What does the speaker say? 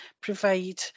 provide